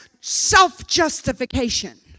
self-justification